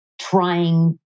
trying